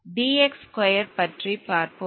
d x square பற்றி பார்ப்போம்